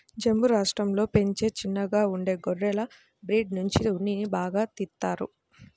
జమ్ము రాష్టంలో పెంచే చిన్నగా ఉండే గొర్రెల బ్రీడ్ నుంచి ఉన్నిని బాగా తీత్తారు